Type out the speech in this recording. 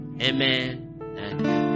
Amen